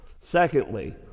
Secondly